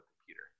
computer